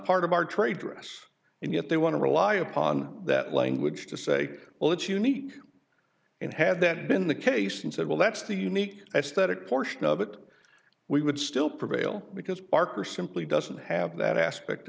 part of our trade dress and yet they want to rely upon that language to say well it's unique and had that been the case and said well that's the unique aesthetic portion of it we would still prevail because parker simply doesn't have that aspect